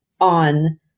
on